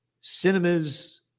cinemas